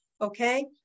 okay